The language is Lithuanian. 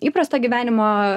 įprasto gyvenimo